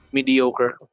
Mediocre